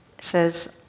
says